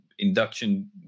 Induction